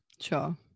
Sure